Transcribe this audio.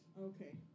Okay